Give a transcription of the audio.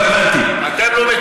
אבל לעיתים,